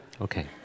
Okay